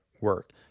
work